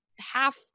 half